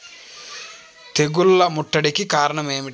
తెగుళ్ల ముట్టడికి కారణం ఏమిటి?